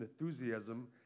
enthusiasm